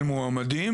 של מועמדים.